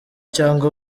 cyangwa